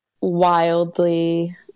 wildly